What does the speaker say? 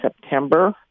September